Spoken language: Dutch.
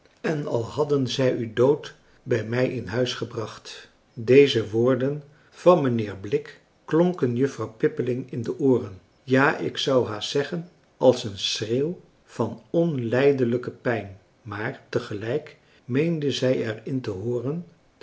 en al hadden zij u dood bij mij in huis gebracht deze woorden van mijnheer blik klonken juffrouw pippeling in de ooren ja ik zou haast zeggen als een schreeuw van onlijdelijke pijn maar te gelijk meende zij er in te hooren